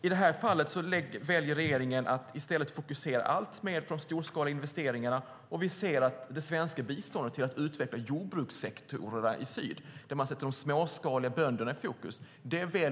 I detta fall väljer regeringen i stället att fokusera alltmer på de storskaliga investeringarna, och vi ser att man väljer att nedprioritera det svenska biståndet till att utveckla jordbrukssektorerna i syd där man sätter de småskaliga bönderna i fokus.